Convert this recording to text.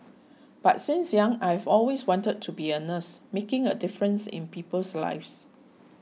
but since young I've always wanted to be a nurse making a difference in people's lives